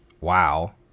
wow